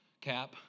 cap